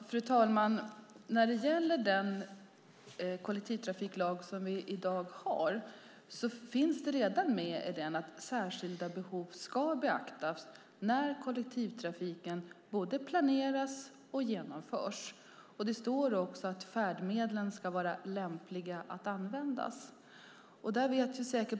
Fru talman! Redan i den kollektivtrafiklag som vi har i dag finns det med att särskilda behov ska beaktas både när kollektivtrafiken planeras och när den genomförs. Det står också att färdmedlen ska vara lämpliga att använda.